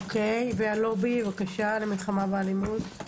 הלובי למלחמה באלימות.